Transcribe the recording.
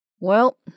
Well